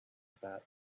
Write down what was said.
about